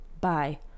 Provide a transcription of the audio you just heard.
Bye